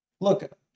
look